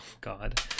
God